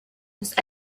los